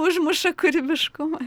užmuša kūrybiškumą